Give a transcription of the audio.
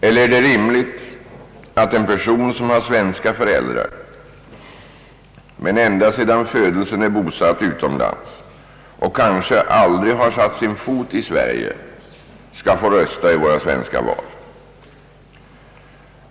Eller är det rimligt att en person som har svenska föräldrar men ända sedan födseln är bosatt utomlands och kanske aldrig har satt sin fot i Sverige skall få rösta i våra svenska val?